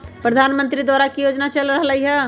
प्रधानमंत्री द्वारा की की योजना चल रहलई ह?